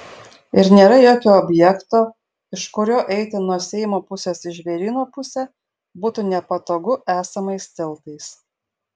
ir nėra jokio objekto iš kurio eiti nuo seimo pusės į žvėryno pusę būtų nepatogu esamais tiltais